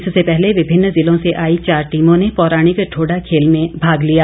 इससे पहले विभिन्न ज़िलों से आई चार टीमों ने पौराणिक ठोडा खेल में भाग लिया